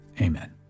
Amen